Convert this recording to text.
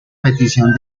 petición